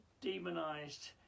demonized